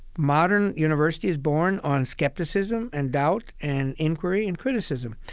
modern university is born on skepticism and doubt and inquiry and criticism,